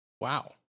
wow